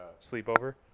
Sleepover